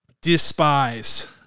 despise